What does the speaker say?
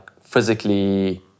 physically